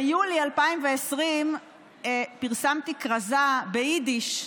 ביולי 2020 פרסמתי כרזה ביידיש,